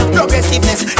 Progressiveness